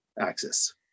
Axis